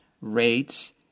rates